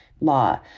law